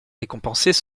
récompensés